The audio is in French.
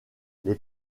les